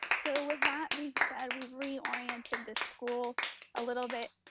so with that being said, we've reoriented the school a little bit.